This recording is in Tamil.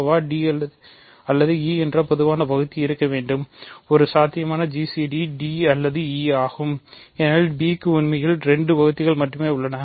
வ d அல்லது e என்ற பொதுவான வகுத்தி இருக்க வேண்டும்ஒரு சாத்தியமான gcd d அல்லது e ஆகும் ஏனெனில் b க்கு உண்மையில் 2 வகுத்திகள் மட்டுமே உள்ளன